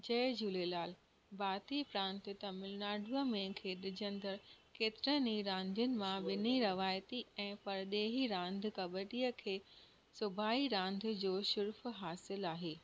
जय झूलेलाल भारती प्रांत तमिलनाडु में खेॾजंदड़ केतिरनि ई रांदियुनि मां ॿिन्ही रवाइती ऐं परॾेही रांदि कबडीअ खे सूभाई रांदि जो शर्फ़ु हासिलु आहे